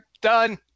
Done